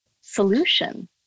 solution